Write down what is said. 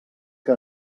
que